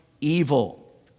evil